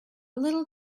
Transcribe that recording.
little